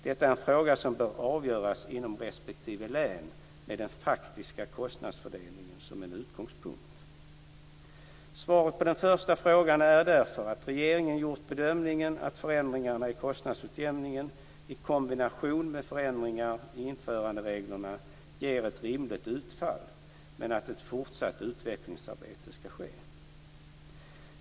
Detta är en fråga som bör avgöras inom respektive län med den faktiska kostnadsfördelningen som en utgångspunkt. Svaret på den första frågan är därför att regeringen gjort den bedömningen att förändringar i kostnadsutjämningen i kombination med förändringar i införandereglerna ger ett rimligt utfall, men att ett fortsatt utvecklingsarbete skall ske.